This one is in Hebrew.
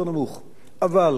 אבל כשאתה מגיע למצב